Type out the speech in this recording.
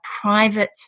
private